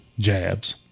jabs